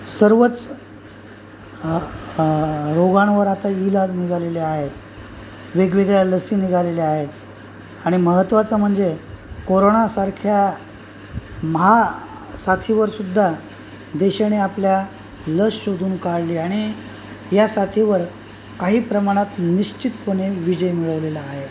सर्वच रोगांवर आता इलाज निघालेले आहेत वेगवेगळ्या लसी निघालेल्या आहेत आणि महत्त्वाचं म्हणजे कोरोनासारख्या महासाथीवर सुद्धा देशाने आपल्या लस शोधून काढली आणि या साथीवर काही प्रमाणात निश्चितपणे विजय मिळवलेला आहे